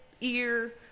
ear